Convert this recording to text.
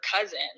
cousin